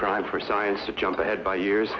crime for science to jump ahead by years